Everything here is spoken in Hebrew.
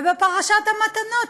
ובפרשת המתנות,